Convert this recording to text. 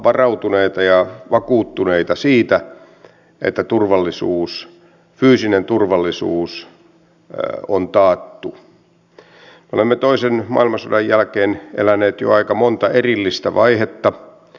nämä ovat mahdollisuuksia ajatellaan esimerkiksi kiinassa ja nyt hiljattain kävin vientimatkalla iranissa niin että näitä mahdollisuuksia on